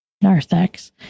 narthex